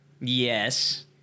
Yes